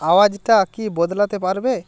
আওয়াজটা কি বদলাতে পারবে